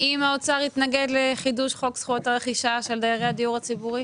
אם האוצר יתנגד לחידוש חוק זכויות הרכישה של דיירי הדיור הציבורי?